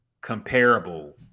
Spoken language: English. comparable